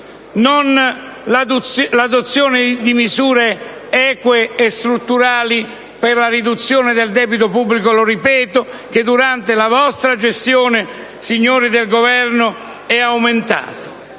l'adozione di misure eque e strutturali per la riduzione del debito pubblico che, lo ripeto, durante la vostra gestione, signori del Governo, è aumentato.